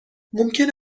ممکن